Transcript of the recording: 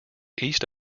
east